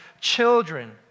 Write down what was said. children